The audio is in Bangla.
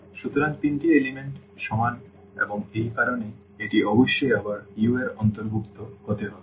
সুতরাং তিনটি উপাদান সমান এবং এই কারণেই এটি অবশ্যই আবার এই U এর অন্তর্ভুক্ত হতে হবে